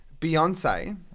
Beyonce